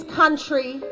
country